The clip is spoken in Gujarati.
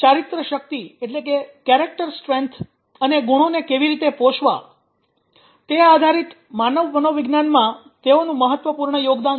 ચારિત્ર્ય શક્તિ અને ગુણોને કેવી રીતે પોષવા - તે આધારિત માનવ મનોવિજ્ઞાનમાં તેઓનું મહત્વપૂર્ણ યોગદાન છે